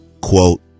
Quote